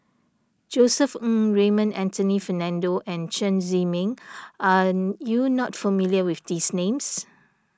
Josef Ng Raymond Anthony Fernando and Chen Zhiming are you not familiar with these names